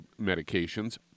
medications